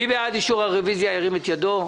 מי בעד אישור הרוויזיה, ירים את ידו.